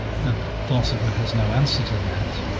the philosopher has no answer to that,